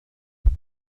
رأيت